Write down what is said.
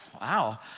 wow